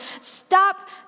Stop